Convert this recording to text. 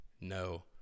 no